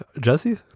Jesse